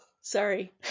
sorry